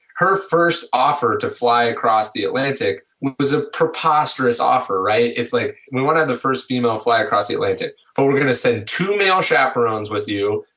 her first offer to fly across the atlantic was ah preposterous offer, right. it's like one of the first female who fly across the atlantic but we're going to say two male chaperones with you,